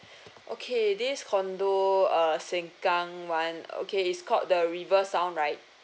okay this condo err sengkang one okay is called the river sound right